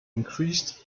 increased